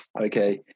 okay